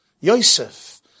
Yosef